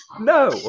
No